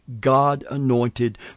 God-anointed